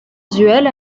duel